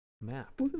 map